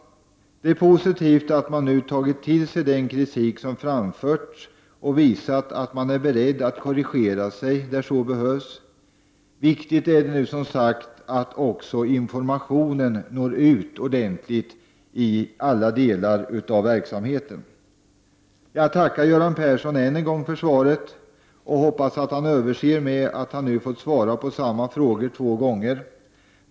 Det är positivt att man nu har tagit till sig den kritik som framförts och visat att man är beredd att korrigera sig där så behövs. Det är viktigt, att informationen når ut ordentligt till alla delar av verksamheten. Jag tackar än en gång Göran Persson för svaret och hoppas att han överser med att han nu fått svara på samma fråga två gånger.